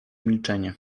milczenie